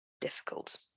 difficult